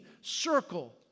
circle